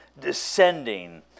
descending